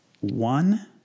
one